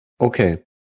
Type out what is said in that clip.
Okay